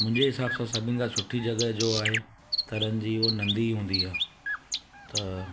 मुंहिंजे हिसाब सां सभिनि खां सुठी जॻहि जो आहे तरण जी उहो नदी हूंदी आहे त